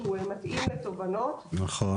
שהוא מתאים --- נכון,